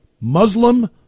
Muslim